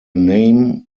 name